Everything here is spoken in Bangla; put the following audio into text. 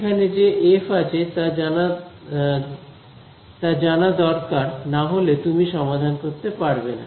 এখানে যে এফ আছে তা জানা দরকার না হলে তুমি সমাধান করতে পারবে না